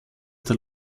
der